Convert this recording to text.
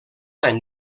any